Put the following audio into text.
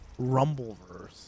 Rumbleverse